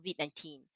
COVID-19